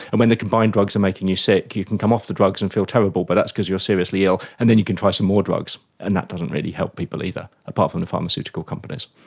and when the combined drugs are making you sick you can come off the drugs and feel terrible but that's because you are seriously ill. and then you can try some more drugs, and that doesn't really help people either, apart from the pharmaceutical companies.